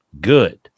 good